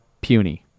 puny